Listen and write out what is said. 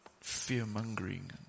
fear-mongering